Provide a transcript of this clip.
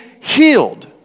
healed